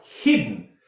hidden